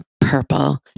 purple